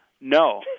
No